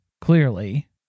clearly